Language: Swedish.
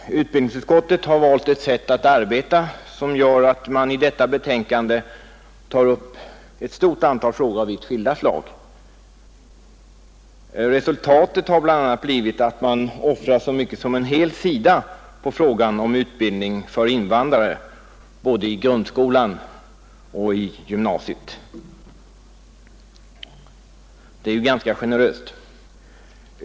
Fru talman! Utbildningsutskottet har valt ett sätt att arbeta som gör att man i detta betänkande tar upp ett stort antal frågor av vitt skilda slag. Resultatet har bl.a. blivit att man offrar så mycket som en hel sida på frågan om utbildning för invandrare både i grundskolan och i gymnasiet. Det är ganska generöst.